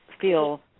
feel